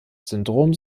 syndrom